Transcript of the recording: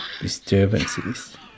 disturbances